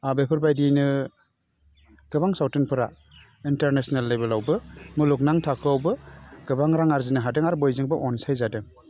बेफोर बायदिनो गोबां सावथुनफोरा इन्टारनेशनेल लेबेलावबो मुलुगनां थाखोआबो गोबां रां आरजिनो हादों आरो बयजोंबो अनसायजादों